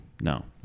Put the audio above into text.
No